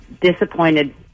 disappointed